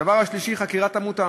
הדבר השלישי, חקירת עמותה.